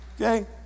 okay